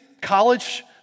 college